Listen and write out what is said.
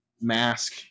mask